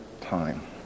time